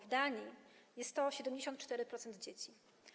W Danii jest to 74% dzieci.